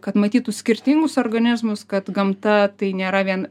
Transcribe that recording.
kad matytų skirtingus organizmus kad gamta tai nėra vien